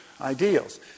ideals